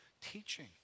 teaching